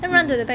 mm